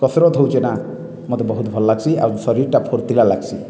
କସରତ୍ ହଉଚେ ନା ମତେ ବହୁତ ଭଲ ଲାଗ୍ସି ଆଉ ଶରୀର୍ଟା ଫୁର୍ତିଲା ଲାଗ୍ସି